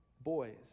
boys